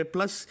Plus